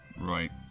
Right